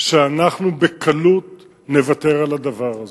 שאנחנו בקלות נוותר על הדבר הזה.